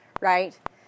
right